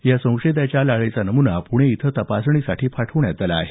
या संशयिताच्या लाळेचा नम्ना प्णे इथं तपासणीसाठी पाठवण्यात आला आहे